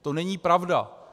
To není pravda.